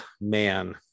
man